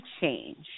change